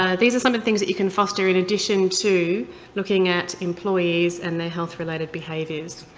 and these are some of the things that you can foster in addition to looking at employees and their health-related behaviors.